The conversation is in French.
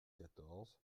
quatorze